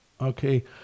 Okay